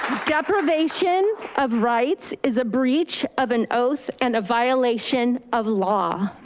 deprivation of rights is a breach of an oath and a violation of law.